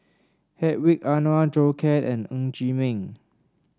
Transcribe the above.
Hedwig Anuar Zhou Can and Ng Chee Meng